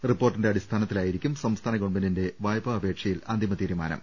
റിപ്പോർട്ടിന്റെ അടിസ്ഥാനത്തിലായിരിക്കും സംസ്ഥാന ഗവൺമെന്റിന്റെ വായ്പാ അപ്പേക്ഷയിൽ അന്തിമ തീരുമാനം